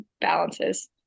balances